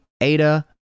ada